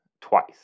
twice